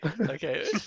Okay